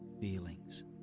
feelings